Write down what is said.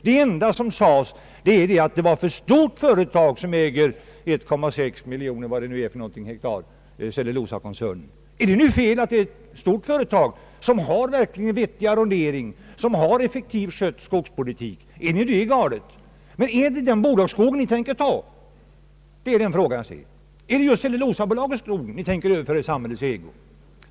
Det enda som sades var att det är ett alltför stort företag som äger 1,6 miljoner hektar skog, alltså Cellulosakoncernen. Är det nu ett fel att det är ett stort företag, som verkligen har en vettig arrondering och en effektivt skött skogspolitik? Är nu det galet? är det den bolagsskogen ni tänker ta? Det är den frågan jag ställer. Är det Cellulosabolagets skogar ni tänker överföra i samhällets ägo?